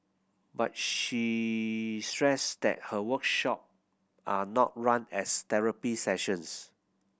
but she stressed that her workshop are not run as therapy sessions